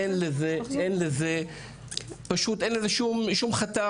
אין לזה שום חתך,